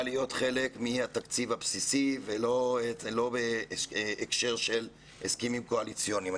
להיות חלק מהתקציב הבסיסי ולא בהקשר של הסכמים קואליציוניים.